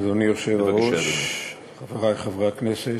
אדוני היושב-ראש, חברי חברי הכנסת,